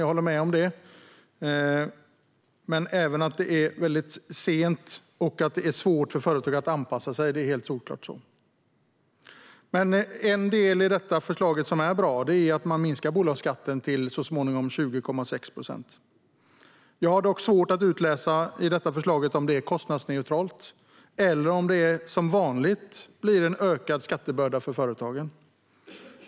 Jag håller med om det men tycker även att det är väldigt sent och att det är svårt för företag att anpassa sig. Det är helt solklart så. En del i förslaget som är bra är att man minskar bolagsskatten till så småningom 20,6 procent. Jag har dock svårt att utläsa i förslaget om det är kostnadsneutralt eller om det som vanligt blir en ökad skattebörda för företagen.